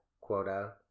quota